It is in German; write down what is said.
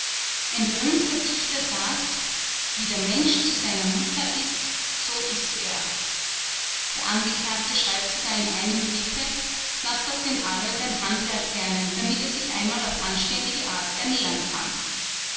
ein berühmter dichter sagt wie der mensch zu seiner mutter ist so ist er der angeklagte schreibt sogar in einem briefe laß doch den alois ein handwerk lernen damit er sich einmal auf anständige art ernähren kann